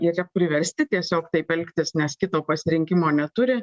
jie yra priversti tiesiog taip elgtis nes kito pasirinkimo neturi